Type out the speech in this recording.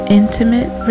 intimate